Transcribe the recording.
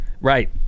Right